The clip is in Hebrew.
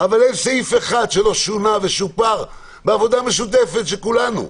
אבל אין סעיף אחד שלא שונה ושופר בעבודה משותפת של כולנו.